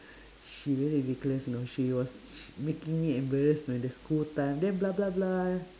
she very vicious you know she was making me embarrass when the school time then blah blah blah